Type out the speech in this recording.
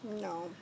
No